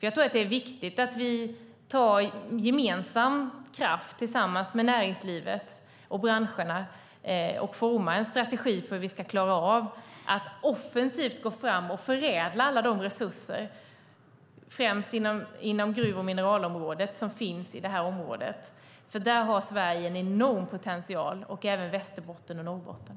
Jag tror att det är viktigt att vi tar gemensamma tag tillsammans med näringslivet och branscherna och formar en strategi för att klara av att offensivt gå fram och förädla alla de resurser, främst inom gruv och mineralområdet, som finns i detta område. Där har Sverige en enorm potential, och även Västerbotten och Norrbotten.